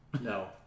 No